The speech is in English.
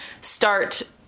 start